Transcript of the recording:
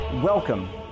Welcome